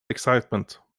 excitement